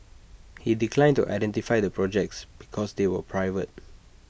he declined to identify the projects because they were private